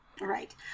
right